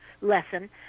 lesson